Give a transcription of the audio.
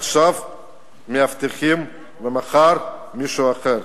עכשיו זה המאבטחים ומחר מישהו אחר,